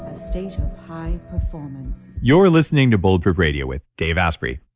a state of high performance you're listening to bulletproof radio with dave asprey.